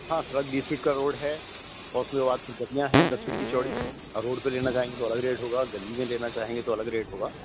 ہاں سڑک بیس فٹ کا روڈ ہے اور اس کے بعد پھر گلیاں ہیں دس فٹ کی چوڑی اور روڈ پہ لینا چاہیں گے تو الگ ریٹ ہوگا گلی میں لینا چاہیں گے تو الگ ریٹ ہوگا